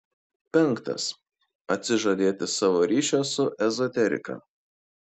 penktas atsižadėti savo ryšio su ezoterika